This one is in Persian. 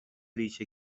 ریشه